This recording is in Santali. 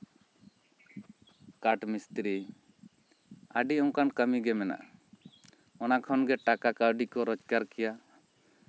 ᱠᱟᱴᱷ ᱢᱤᱥᱛᱤᱨᱤ ᱟᱹᱰᱤ ᱚᱱᱠᱟᱱ ᱠᱟᱹᱢᱤᱜᱮ ᱢᱮᱱᱟᱜᱼᱟ ᱚᱱᱟ ᱠᱷᱚᱱᱜᱮ ᱴᱟᱠᱟ ᱠᱟᱹᱣᱰᱤ ᱠᱚ ᱨᱳᱡᱜᱟᱨ ᱠᱮᱭᱟ